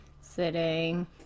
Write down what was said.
sitting